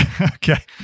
Okay